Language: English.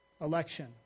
election